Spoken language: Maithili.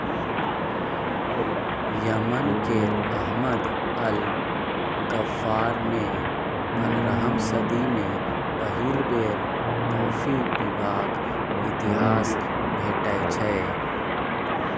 यमन केर अहमद अल गफ्फारमे पनरहम सदी मे पहिल बेर कॉफी पीबाक इतिहास भेटै छै